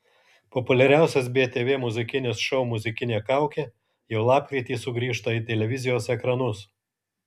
populiariausias btv muzikinis šou muzikinė kaukė jau lapkritį sugrįžta į televizijos ekranus